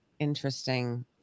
interesting